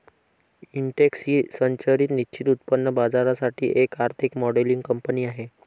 Intex ही संरचित निश्चित उत्पन्न बाजारासाठी एक आर्थिक मॉडेलिंग कंपनी आहे